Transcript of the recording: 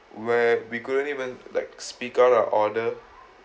where we couldn't even like speak out a order